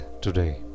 today